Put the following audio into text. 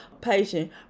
patient